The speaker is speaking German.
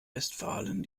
westfalen